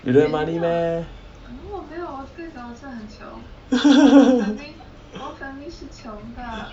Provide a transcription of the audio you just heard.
你没有 money meh